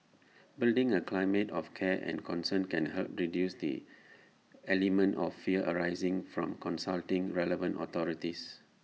building A climate of care and concern can help reduce the element of fear arising from consulting relevant authorities